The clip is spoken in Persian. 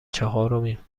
چهارمیم